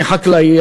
אני חקלאי,